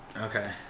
Okay